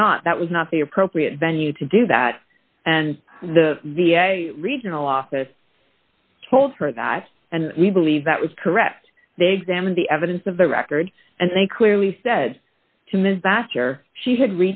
cannot that was not the appropriate venue to do that and the regional office told her that and we believe that was correct they examined the evidence of the record and they clearly said to ms vaster she had